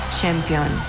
champion